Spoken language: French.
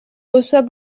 reçoit